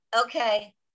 okay